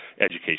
education